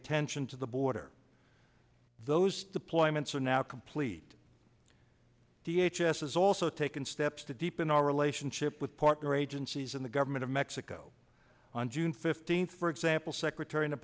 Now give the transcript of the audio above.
attention to the border those deployments are now complete d h s s also taken steps to deepen our relationship with partner agencies in the government of mexico on june fifteenth for example secretary